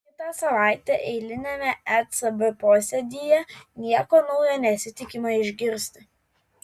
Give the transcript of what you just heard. kitą savaitę eiliniame ecb posėdyje nieko naujo nesitikima išgirsti